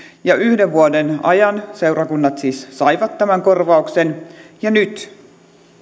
ja yhden vuoden ajan seurakunnat siis saivat tämän korvauksen ja nyt